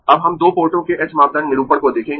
अब हम दो पोर्टों के h मापदंड निरूपण को देखेंगें